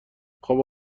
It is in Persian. خوب